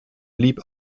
blieb